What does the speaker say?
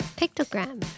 pictogram